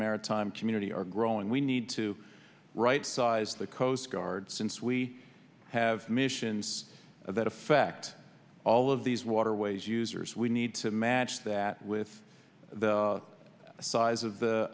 maritime community are growing we need to right size the coast guard since we have missions that affect all of these waterways users we need to match that with the size of the